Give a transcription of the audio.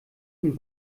und